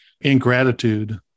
ingratitude